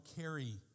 carry